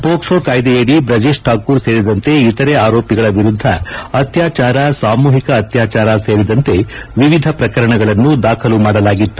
ಪೋಕ್ಲೋ ಕಾಯ್ದೆಯಡಿ ಬ್ರಜೇಶ್ ಕಾಕೂರ್ ಸೇರಿದಂತೆ ಇತರ ಆರೋಪಿಗಳ ವಿರುದ್ದ ಅತ್ಯಾಚಾರ ಸಾಮೂಹಿಕ ಅತ್ಯಾಚಾರ ಸೇರಿದಂತೆ ವಿವಿಧ ಪ್ರಕರಣಗಳನ್ನು ದಾಖಲು ಮಾಡಲಾಗಿತ್ತು